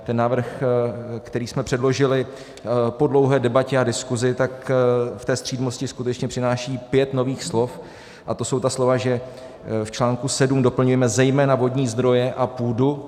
Ten návrh, který jsme předložili po dlouhé debatě a diskuzi, tak v té střídmosti skutečně přináší pět nových slov, a to jsou ta slova, že v článku 7 doplňujeme zejména vodní zdroje a půdu.